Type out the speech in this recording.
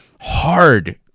hard